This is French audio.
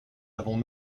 avons